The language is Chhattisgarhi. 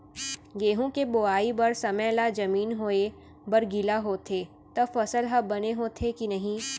गेहूँ के बोआई बर समय ला जमीन होये बर गिला होथे त फसल ह बने होथे की नही?